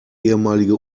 ehemalige